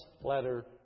letter